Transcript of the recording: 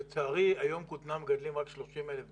לצערי, היום כותנה מגדלים רק 30,000 דונם,